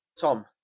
Tom